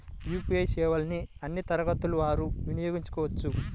UPI సేవలని అన్నీ తరగతుల వారు వినయోగించుకోవచ్చా?